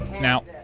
Now